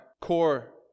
core